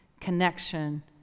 connection